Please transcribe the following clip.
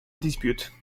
dispute